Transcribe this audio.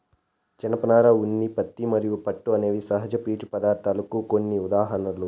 జనపనార, ఉన్ని, పత్తి మరియు పట్టు అనేవి సహజ పీచు పదార్ధాలకు కొన్ని ఉదాహరణలు